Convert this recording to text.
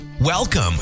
Welcome